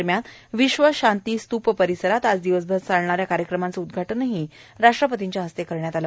दरम्यान विश्वशांतीस्तूप परिसरात आज दिवसभर चालणाऱ्या कार्यक्रमाचं उदघाटनही राष्ट्रपतींच्या हस्ते करण्यात आलं